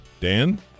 Dan